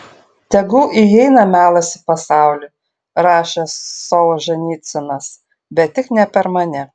tegul įeina melas į pasaulį rašė solženicynas bet tik ne per mane